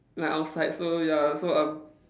like I was like so ya so um